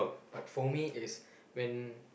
but for me is when